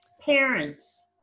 Parents